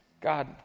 God